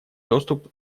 доступ